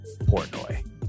Portnoy